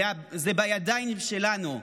זה בידיים שלנו.